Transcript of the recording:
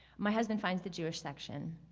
my husband finds the jewish section.